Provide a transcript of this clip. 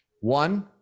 One